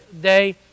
day